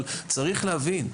אבל צריך להבין,